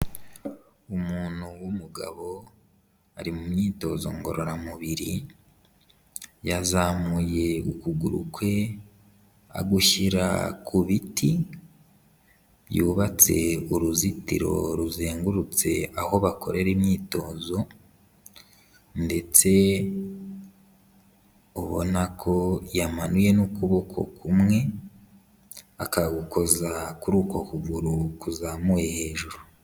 Umuntu w'umugabo ari mu myitozo ngororamubiri, yazamuye ukuguru kwe agushyira ku biti yubatse uruzitiro ruzengurutse aho bakorera imyitozo ndetse ubona ko yamanuye n'ukuboko kumwe, akagukoza kuri uko kuguru kuzamuye hejuru.